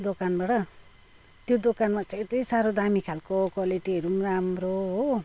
दोकानबाट त्यो दोकानमा चाहिँ यति साह्रो दामी खालको क्वालिटीहरू पनि राम्रो हो